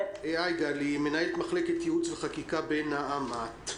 מנהלת מחלקת ייעוץ וחקיקה בנעמ"ת.